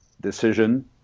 decision